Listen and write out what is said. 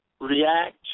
react